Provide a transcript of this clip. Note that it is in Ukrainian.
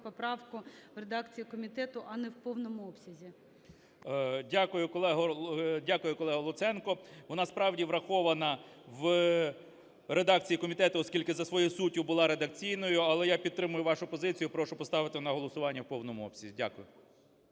поправку в редакції комітету, а не в повному обсязі. 11:53:49 КНЯЖИЦЬКИЙ М.Л. Дякую, колего Луценко. Вона справді врахована в редакції комітету, оскільки за свою суттю була редакційною, але я підтримую вашу позицію. Прошу поставити на голосування в повному обсязі. Дякую.